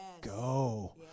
go